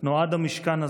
נועד המשכן הזה,